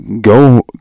go